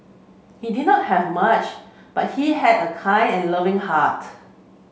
he did not have much but he had a kind and loving heart